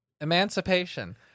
Emancipation